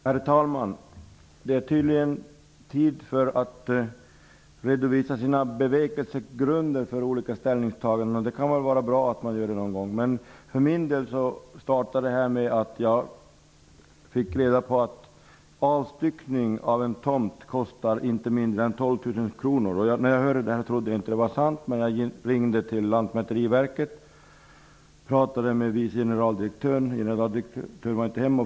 Herr talman! Det är tydligen dags att redovisa bevekelsegrunder för olika ställningstaganden. Det kan väl vara bra att man gör det någon gång. För min del startade det hela med att jag fick reda på att avstyckning av en tomt kostar inte mindre än 12 000 kr. Först trodde jag inte att det var sant. Jag ringde därför upp Lantmäteriverket och talade med vice generaldirektören -- generaldirektören var inte anträffbar.